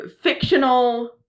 fictional